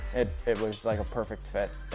it it works like a perfect fit.